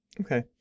Okay